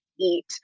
eat